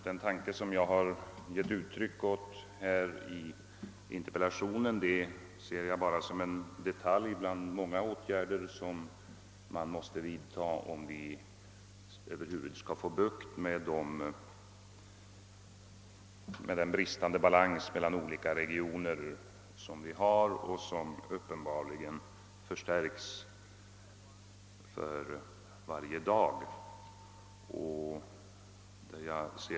Den tanke som jag har givit uttryck åt i interpellationen ser jag bara som en detalj bland de många åtgärder som måste vidtas, om vi över huvud taget skall kunna råda bot på den bristande balansen mellan olika regioner, en obalans som uppenbarligen förstärkes varje dag.